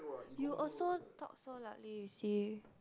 you also talk so loudly you see